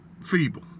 feeble